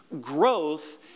growth